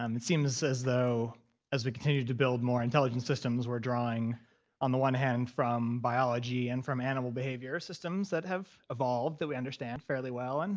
um it seems as though as we continue to to build more intelligent systems, we're drawing on the one hand from biology and from animal behavior systems that have evolved that we understand fairly well, and